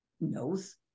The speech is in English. knows